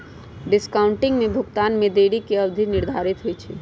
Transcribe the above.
discounting में भुगतान में देरी के अवधि निर्धारित होइ छइ